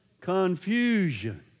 confusion